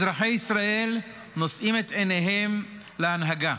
אזרחי ישראל נושאים את עיניהם להנהגה.